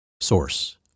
source